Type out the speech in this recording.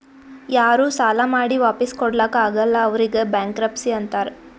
ಯಾರೂ ಸಾಲಾ ಮಾಡಿ ವಾಪಿಸ್ ಕೊಡ್ಲಾಕ್ ಆಗಲ್ಲ ಅವ್ರಿಗ್ ಬ್ಯಾಂಕ್ರಪ್ಸಿ ಅಂತಾರ್